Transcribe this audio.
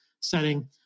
setting